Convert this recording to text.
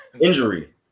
Injury